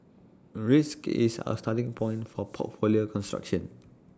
risk is our starting point for portfolio construction